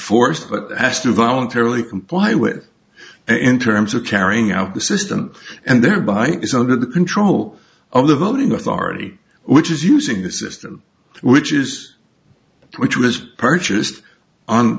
to voluntarily comply with in terms of carrying out the system and thereby it's under the control of the voting authority which is using the system which is which was purchased on